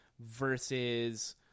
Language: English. versus